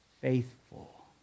faithful